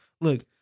Look